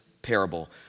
parable